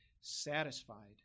satisfied